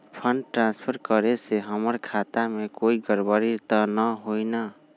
Fund transfer करे से हमर खाता में कोई गड़बड़ी त न होई न?